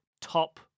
top